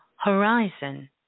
horizon